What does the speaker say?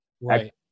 Right